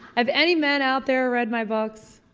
have any men out there read my books?